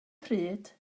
pryd